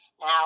Now